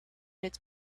its